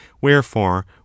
wherefore